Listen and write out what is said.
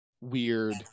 weird